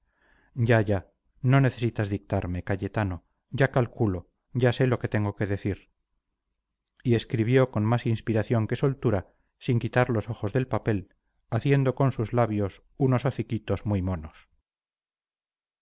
ya ya no necesitas dictarme cayetano ya calculo ya sé lo que tengo que decir y escribió con más inspiración que soltura sin quitar los ojos del papel haciendo con sus labios unos hociquitos muy monos